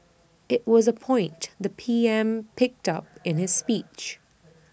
IT was A point the P M picked up in his speech